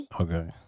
Okay